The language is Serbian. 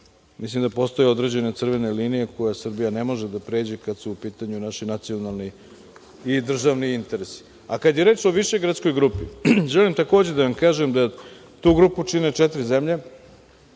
mislim da postoje određene crvene linije koje Srbija ne može da pređe kada su u pitanju naši nacionalni i državni interesi.A kada je reč o Višegradskoj grupi, želim takođe da vam kažem da tu grupu čine četiri zemlje: